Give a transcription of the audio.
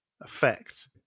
effect